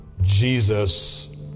Jesus